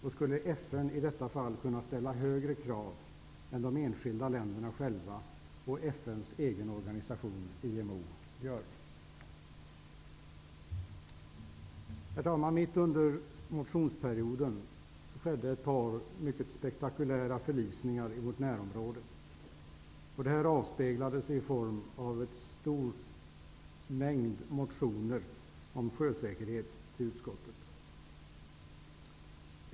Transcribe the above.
Och skulle FN i detta fall kunna ställa högre krav än de enskilda länderna själva och FN:s egen organisation IMO gör? Herr talman! Mitt under motionsperioden skedde ett par mycket spektakulära förlisningar i vårt närområde. Det avspeglade sig i en stor mängd motioner om sjösäkerhet till trafikutskottet.